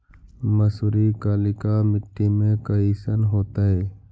मसुरी कलिका मट्टी में कईसन होतै?